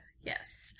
Yes